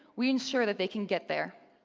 we ensure that they can get there.